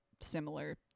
similar